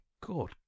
God